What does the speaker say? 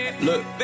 Look